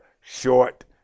short